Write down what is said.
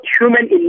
human